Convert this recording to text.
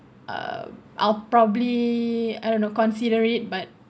uh I'll probably I don't know consider it but